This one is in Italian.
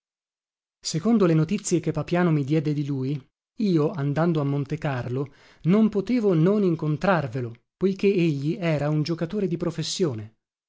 secondo le notizie che papiano mi diede di lui io andando a montecarlo non potevo non incontrarvelo poichegli era un giocatore di professione